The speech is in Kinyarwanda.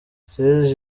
serge